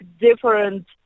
different